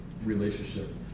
Relationship